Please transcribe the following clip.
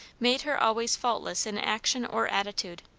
made her always faultless in action or attitude.